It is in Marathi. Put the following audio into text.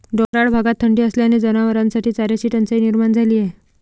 डोंगराळ भागात थंडी असल्याने जनावरांसाठी चाऱ्याची टंचाई निर्माण झाली आहे